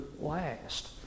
last